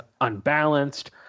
unbalanced